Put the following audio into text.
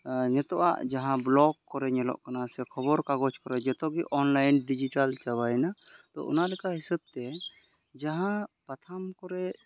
ᱱᱤᱛᱳᱜᱟᱜ ᱡᱟᱦᱟᱸ ᱵᱞᱚᱜᱽ ᱠᱚᱨᱮ ᱧᱮᱞᱚᱜ ᱠᱟᱱᱟ ᱥᱮ ᱠᱷᱚᱵᱚᱨ ᱠᱟᱜᱚᱡᱽ ᱠᱚᱨᱮ ᱡᱚᱛᱚ ᱜᱮ ᱚᱱᱞᱟᱭᱤᱱ ᱰᱤᱡᱤᱴᱟᱞ ᱪᱟᱵᱟᱭᱮᱱᱟ ᱛᱚ ᱚᱱᱟ ᱞᱮᱠᱟ ᱦᱤᱥᱟᱹᱵᱽ ᱛᱮ ᱡᱟᱦᱟᱸ ᱯᱟᱛᱷᱟᱢ ᱠᱚᱨᱮ